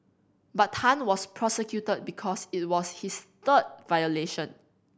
but Tan was prosecuted because it was his third violation